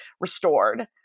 restored